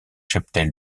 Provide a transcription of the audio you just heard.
cheptel